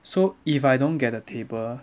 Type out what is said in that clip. so if I don't get a table